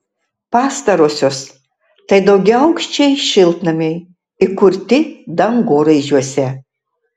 pastarosios tai daugiaaukščiai šiltnamiai įkurti dangoraižiuose